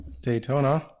Daytona